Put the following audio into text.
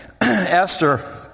Esther